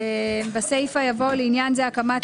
בסיפה יבוא "לעניין זה הקמת